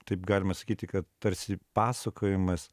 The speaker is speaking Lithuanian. taip galima sakyti kad tarsi pasakojimas